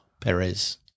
Perez